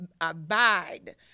abide